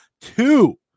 two